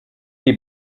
est